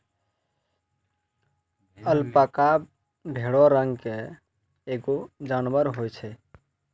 alpaca भेड़ो रंग के एगो जानबर होय छै